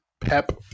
Pep